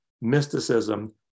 mysticism